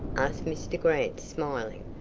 asked mr. grant, smiling.